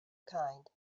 kind